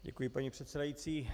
Děkuji, paní předsedající.